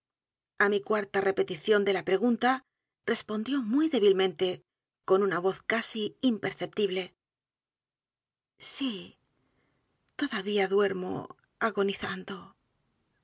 mí cuarta repetición de la pregunta respondió muy débilmente con una voz casi imperceptible s í todavía duermo agonizando